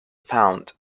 found